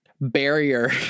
barrier